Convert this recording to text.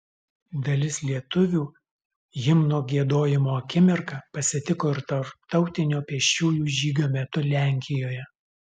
dalis lietuvių himno giedojimo akimirką pasitiko ir tarptautinio pėsčiųjų žygio metu lenkijoje